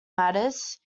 matters